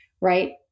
Right